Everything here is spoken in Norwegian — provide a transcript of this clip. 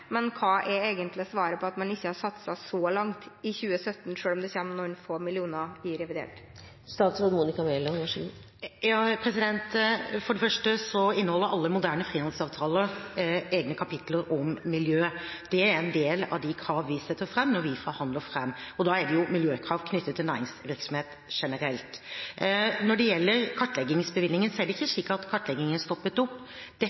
Men hva er egentlig svaret på spørsmålet om hvorfor man ikke har satset så langt i 2017, selv om det kommer noen få millioner kroner i revidert? For det første inneholder alle moderne frihandelsavtaler egne kapitler om miljø. Det er en del av de kravene vi framsetter når vi forhandler fram avtaler – og da er det miljøkrav knyttet til næringsvirksomhet generelt. Når det gjelder kartleggingsbevilgningen, er det ikke slik at kartleggingen stoppet opp. Dette er hovedarbeidet til NGU. Men det